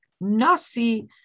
Nasi